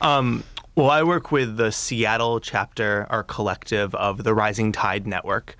well well i work with the seattle chapter our collective of the rising tide network